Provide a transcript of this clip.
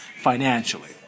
financially